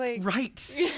Right